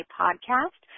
podcast